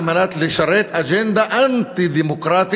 על מנת לשרת אג'נדה אנטי-דמוקרטית